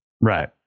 Right